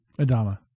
Adama